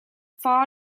far